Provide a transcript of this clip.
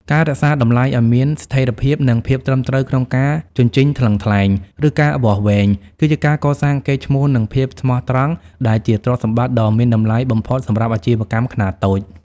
ការរក្សាតម្លៃឱ្យមានស្ថិរភាព និងភាពត្រឹមត្រូវក្នុងការជញ្ជីងថ្លឹងថ្លែង ឬការវាស់វែង គឺជាការកសាងកេរ្តិ៍ឈ្មោះ និងភាពស្មោះត្រង់ដែលជាទ្រព្យសម្បត្តិដ៏មានតម្លៃបំផុតសម្រាប់អាជីវកម្មខ្នាតតូច។